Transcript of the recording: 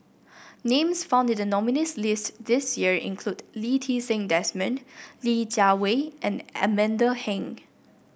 names found in the nominees' list this year include Lee Ti Seng Desmond Li Jiawei and Amanda Heng